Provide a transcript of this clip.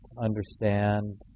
understand